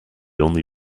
only